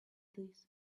this